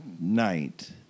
night